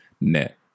net